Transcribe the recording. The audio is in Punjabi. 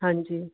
ਹਾਂਜੀ